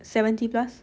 seventy plus